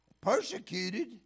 persecuted